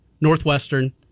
Northwestern